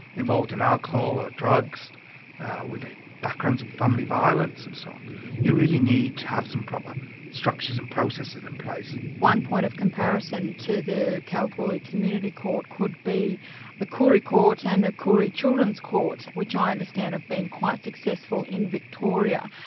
involved in alcohol or drugs with backgrounds of family violence and so on you really need to have some proper structures and processes and in place. one point of comparison to the kalgoorlie community court could be the koori court and the koori children's court, which i understand have been quite successful in victoria.